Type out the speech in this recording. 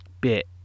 bit